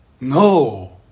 No